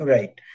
Right